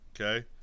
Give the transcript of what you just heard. Okay